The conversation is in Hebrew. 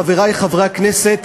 חברי חברי הכנסת,